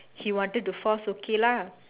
he wanted to force okay lah